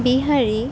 Bihari